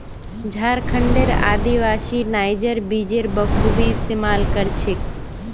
झारखंडेर आदिवासी नाइजर बीजेर बखूबी इस्तमाल कर छेक